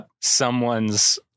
someone's